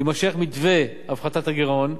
יימשך מתווה הפחתת הגירעון,